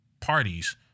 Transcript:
parties